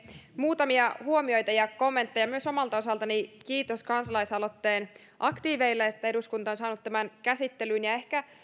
muutamia huomioita ja kommentteja myös omalta osaltani kiitos kansalaisaloitteen aktiiveille että eduskunta on saanut tämän käsittelyyn ja ehkä